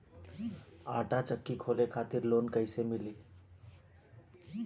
आटा चक्की खोले खातिर लोन कैसे मिली?